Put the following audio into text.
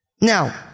Now